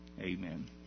Amen